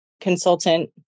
consultant